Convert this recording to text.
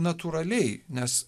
natūraliai nes